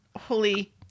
Holy